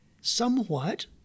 somewhat